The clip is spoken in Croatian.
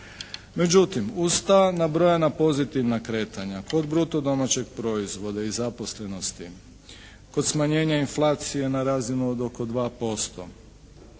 Međutim, uz ta nabrojana pozitivna kretanja od bruto domaćeg proizvoda i zaposlenosti, kod smanjenja inflacije na razinu od oko 2%.